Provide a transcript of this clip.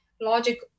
logic